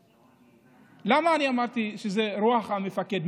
למה אמרתי שזה רוח המפקד,